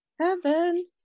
Heaven